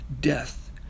death